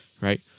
right